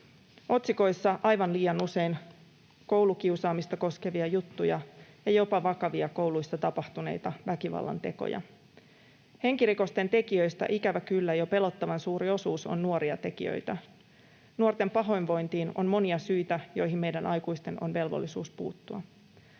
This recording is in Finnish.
otsikoissa aivan liian usein koulukiusaamista koskevia juttuja ja jopa vakavia kouluissa tapahtuneita väkivallantekoja. Henkirikosten tekijöistä ikävä kyllä jo pelottavan suuri osuus on nuoria tekijöitä. Nuorten pahoinvointiin on monia syitä, joihin meidän aikuisten on velvollisuus puuttua.